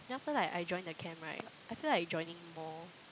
then after like I join the camp right I feel like joining more